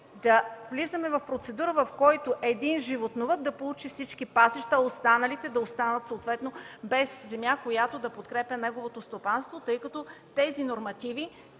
да влизаме в процедура, при която един животновъд да получи всички пасища, а останалите да останат без земя, която да подкрепя техните стопанства, тъй като прилагането